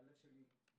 הלב שלי נחמץ.